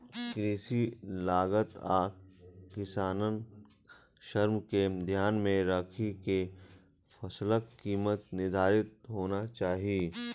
कृषि लागत आ किसानक श्रम कें ध्यान मे राखि के फसलक कीमत निर्धारित होना चाही